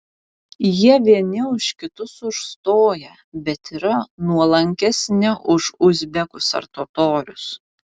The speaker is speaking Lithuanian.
jie vieni už kitus užstoja bet yra nuolankesni už uzbekus ar totorius